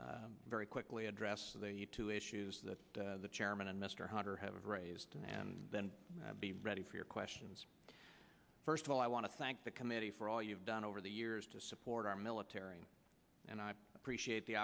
very quickly address the two issues that the chairman and mr hunter have raised and then be ready for your questions first of all i want to thank the committee for all you've done over the years to support our military and i appreciate the